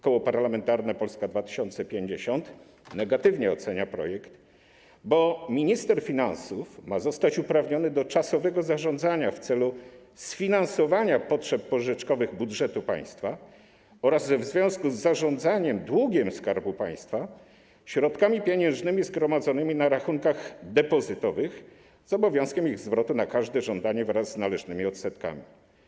Koło Parlamentarne Polska 2050 negatywnie ocenia projekt, bo minister finansów ma zostać uprawniony do czasowego zarządzania, w celu sfinansowania potrzeb pożyczkowych budżetu państwa oraz w związku z zarządzaniem długiem Skarbu Państwa, środkami pieniężnymi zgromadzonymi na rachunkach depozytowych z obowiązkiem ich zwrotu na każde żądanie wraz z należnymi odsetkami.